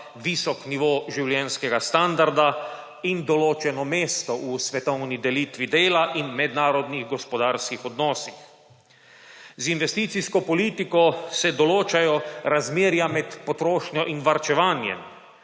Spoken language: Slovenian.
visok nivo življenjskega standarda in določeno mesto v svetovni delitvi dela in mednarodnih gospodarskih odnosih. Z investicijsko politiko se določajo razmerja med potrošnjo in varčevanjem;